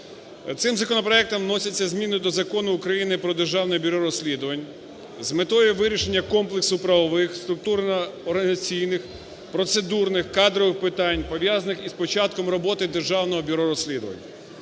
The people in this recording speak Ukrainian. Цим законопроектом вносяться зміни до Закону України "Про Державне бюро розслідувань" з метою вирішення комплексу правових, структурно-організаційних, процедурних, кадрових питань пов'язаних із початком роботи Державного бюро розслідувань,